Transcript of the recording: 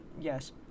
Yes